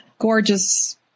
gorgeous